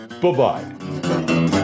Bye-bye